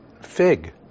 fig